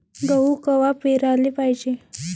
गहू कवा पेराले पायजे?